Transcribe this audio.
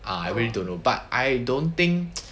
ah I really don't know but I don't think